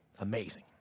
Amazing